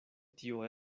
tio